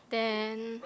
then